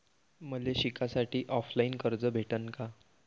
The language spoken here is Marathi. मले शिकासाठी ऑफलाईन कर्ज भेटन का?